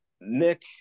nick